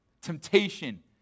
Temptation